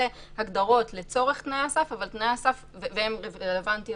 זה הגדרות לצורך תנאי הסף והן רלוונטיות